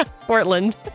Portland